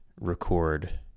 record